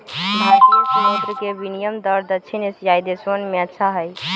भारतीय मुद्र के विनियम दर दक्षिण एशियाई देशवन में अच्छा हई